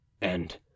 And